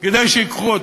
כדי שייקחו אותן,